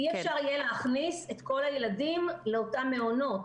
אי-אפשר יהיה להכניס את כל הילדים לאותם מעונות.